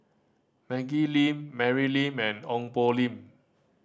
Maggie Lim Mary Lim and Ong Poh Lim